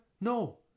No